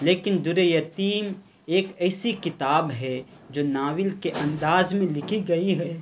لیکن در یتیم ایک ایسی کتاب ہے جو ناول کے انداز میں لکھی گئی ہے